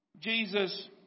Jesus